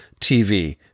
TV